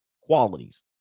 qualities